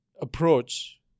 approach